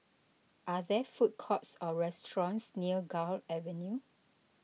are there food courts or restaurants near Gul Avenue